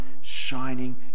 shining